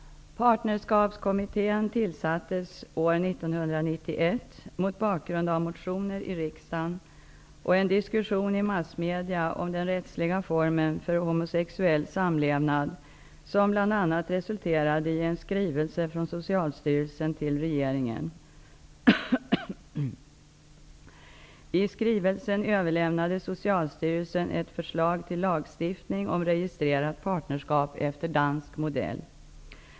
Partnerskapskommittén tillsattes år 1991 mot bakgrund av motioner i riksdagen och en diskussion i massmedia om den rättsliga formen för homosexuell samlevnad vilket bl.a. resulterade i en skrivelse från Socialstyrelsen till regeringen. I skrivelsen överlämnade Socialstyrelsen ett förslag till lagstiftning om registrerat partnerskap efter dansk modell.